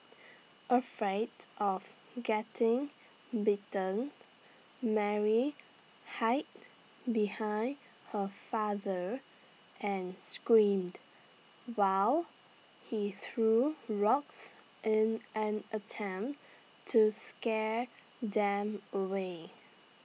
afraid of getting bitten Mary hid behind her father and screamed while he threw rocks in an attempt to scare them away